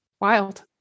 Wild